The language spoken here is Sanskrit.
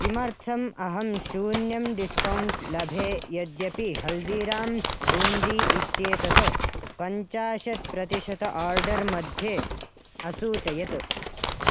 किमर्थम् अहं शून्यं डिस्कौण्ट् लभे यद्यपि हल्दीराम्स् बून्दी इत्येतत् पञ्चाशत् प्रतिशतम् आर्डर् मध्ये असूचयत्